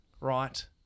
right